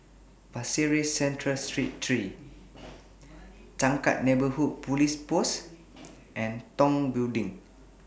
Pasir Ris Central Street three Changkat Neighbourhood Police Post and Tong Building